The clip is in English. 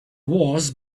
wars